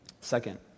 Second